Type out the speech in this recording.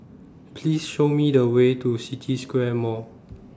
Please Show Me The Way to City Square Mall